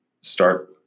start